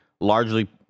largely